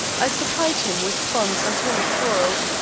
i supplied him with funds until we quarrelled,